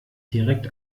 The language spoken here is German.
direkt